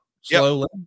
slowly